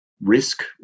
risk